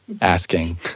asking